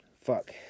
Fuck